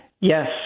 yes